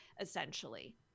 essentially